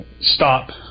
stop